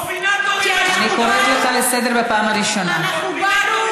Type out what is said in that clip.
קומבינטורים בשירות, כי אנחנו באנו,